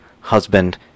husband